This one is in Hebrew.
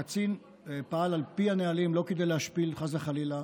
הקצין פעל על פי הנהלים לא כדי להשפיל חס וחלילה,